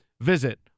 visit